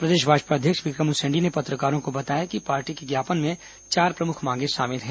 प्रदेश भाजपा अध्यक्ष विक्रम उसेंडी ने पत्रकारों को बताया कि पार्टी के ज्ञापन में चार प्रमुख मांगे शामिल हैं